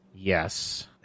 yes